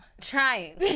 Trying